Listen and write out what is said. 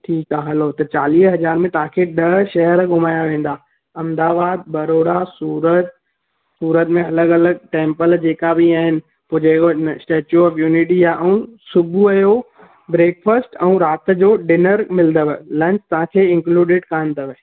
ठीकु आहे हलो त चालीह हज़ार में तव्हां खे ॾह शहर घुमाया वेंदा अहमदाबाद वडोदरा सूरत सूरत में अलॻि अलॻि टेम्पल जेका बि आहिनि ऐं जेको स्टेचू ऑफ़ युनिटी आहे ऐं सुबुह जो ब्रेकफास्ट ऐं राति जो डिनर मिलंदव लंच तव्हां खे इंकलुडेट कान अथव